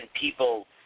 people